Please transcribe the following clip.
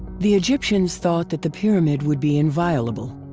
the egyptians thought that the pyramid would be inviolable.